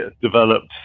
developed